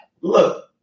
Look